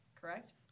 Correct